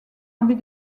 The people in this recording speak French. envie